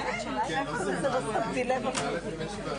ננעלה בשעה